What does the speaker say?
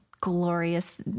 glorious